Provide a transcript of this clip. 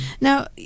now